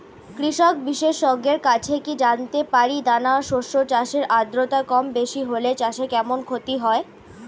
কৃষক বিশেষজ্ঞের কাছে কি জানতে পারি দানা শস্য চাষে আদ্রতা কমবেশি হলে চাষে কেমন ক্ষতি হয়?